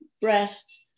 breast